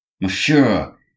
Monsieur